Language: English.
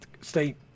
state